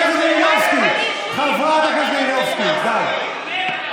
מלינובסקי, חברת הכנסת מלינובסקי, די.